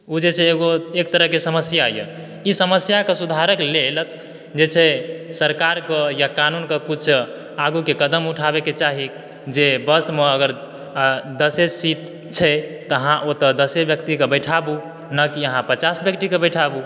ओ जे छै एगो एक तरहके समस्याए ई समस्याकऽ सुधारयक लेल जे छै सरकारकऽ वा कानूनकऽ किछु आगूँके कदम उठाबयके चाही जे बसमे अगर दशे सीट छै तऽ अहाँ ओतय दशे व्यक्तिकऽ बैठाबू न कि अहाँ पचास व्यक्तिकऽ बैठाबू